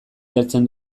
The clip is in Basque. jartzen